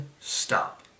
stop